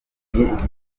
igitaramo